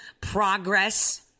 progress